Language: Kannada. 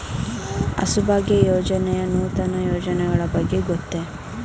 ಹಸುಭಾಗ್ಯ ಯೋಜನೆಯ ನೂತನ ಯೋಜನೆಗಳ ಬಗ್ಗೆ ಗೊತ್ತೇ?